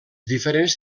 diferents